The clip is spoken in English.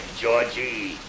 Georgie